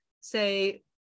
say